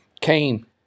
came